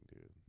dude